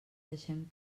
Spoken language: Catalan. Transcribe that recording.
deixem